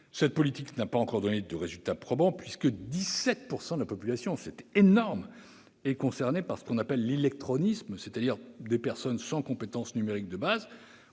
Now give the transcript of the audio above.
Cette politique n'a pas encore donné de résultats probants, puisque 17 % de la population- c'est énorme ! -sont concernés par ce que l'on appelle « l'illectronisme »; il s'agit de personnes sans compétences numériques de base